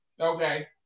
Okay